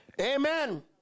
amen